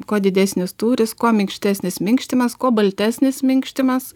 kuo didesnis tūris kuo minkštesnis minkštimas kuo baltesnis minkštimas